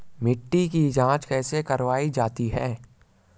मिट्टी की जाँच कैसे करवायी जाती है?